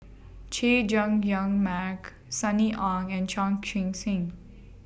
Chay Jung Jun Mark Sunny Ang and Chan Chun Sing